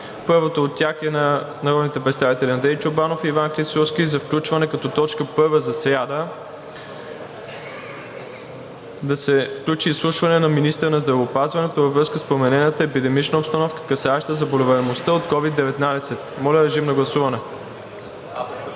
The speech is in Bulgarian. Първото от тях е на народните представители Андрей Чорбанов и Иван Клисурски за включване като точка първа за сряда – Изслушване на министъра на здравеопазването във връзка с променената епидемична обстановка, касаеща заболеваемостта от COVID-19. Моля, режим на гласуване.